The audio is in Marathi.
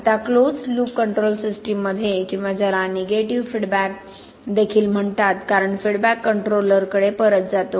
आता क्लोज्ड लूप कंट्रोल सिस्टममध्ये किंवा ज्याला निगेटिव्ह फीडबॅक देखील म्हणतात कारण फीडबॅक कंट्रोलरकडे परत जातो